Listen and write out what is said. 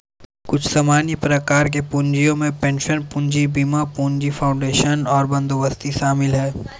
कुछ सामान्य प्रकार के पूँजियो में पेंशन पूंजी, बीमा पूंजी, फाउंडेशन और बंदोबस्ती शामिल हैं